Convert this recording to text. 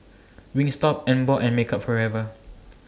Wingstop Emborg and Makeup Forever